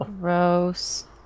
Gross